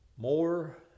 More